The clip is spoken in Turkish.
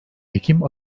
ekim